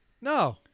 No